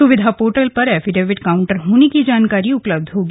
सुविधा पोर्टल पर affidavit counter होने की जानकारी उपलब्ध होगी